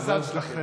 זה המזל שלכם.